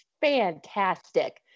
fantastic